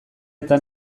eta